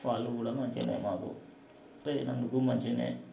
వాళ్ళు కూడా మంచిగానే మాకు పోయినందుకు మంచిగానే